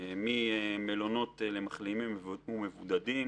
ממלונות למחלימים ומבודדים,